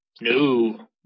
No